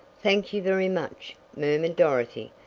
thank you very much, murmured dorothy,